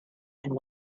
and